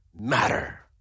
matter